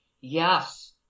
Yes